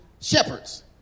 shepherds